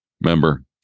Remember